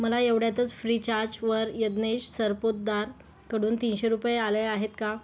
मला एवढ्यातच फ्रीचार्जवर यज्ञेश सरपोतदार कडून तीनशे रुपये आले आहेत का